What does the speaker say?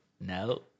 No